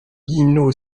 dino